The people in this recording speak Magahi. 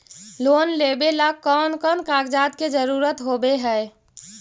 लोन लेबे ला कौन कौन कागजात के जरुरत होबे है?